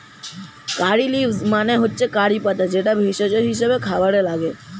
কারী leaves মানে হচ্ছে কারি পাতা যেটা ভেষজ হিসেবে খাবারে লাগে